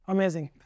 Amazing